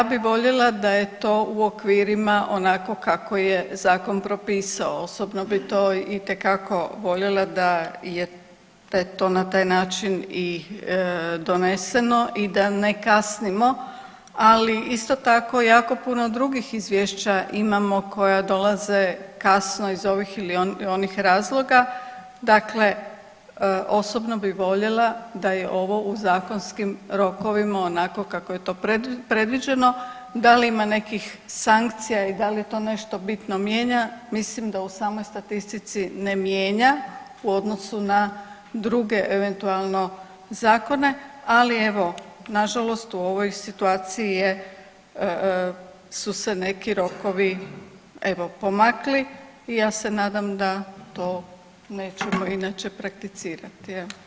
Ja bi voljela da je to u okvirima onako kako je zakon propisao, osobno bi to itekako voljela da je to na taj način i doneseno i da ne kasnimo, ali isto tako jako puno drugih izvješća imamo koja dolaze kasno iz ovih ili onih razloga, dakle osobno bi voljela da je ovo u zakonskim rokovima onako kako je to predviđeno, da li ima nekih sankcija i da li to nešto bitno mijenja mislim da u samoj statistici ne mijenja u odnosu na druge eventualno zakone, ali evo nažalost u ovoj situaciji je, su se neki rokovi evo pomakli i ja se nadam to nećemo inače prakticirati.